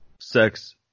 Sex